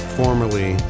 formerly